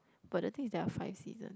but the thing is there are five seasons